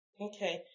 Okay